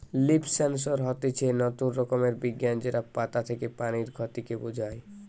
leaf sensor হতিছে নতুন রকমের বিজ্ঞান যেটা পাতা থেকে পানির ক্ষতি কে বোঝায়